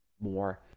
more